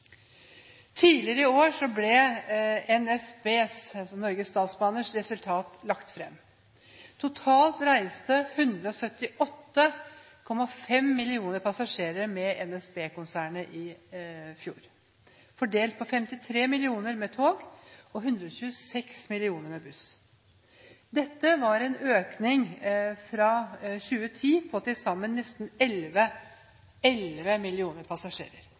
Tidligere i år ble NSBs – Norges Statsbaners – resultat lagt fram. Totalt reiste 178,5 millioner passasjerer med NSB-konsernet i fjor, fordelt på 53 millioner med tog og 126 millioner med buss. Dette var en økning fra 2010 på til sammen nesten elleve millioner passasjerer,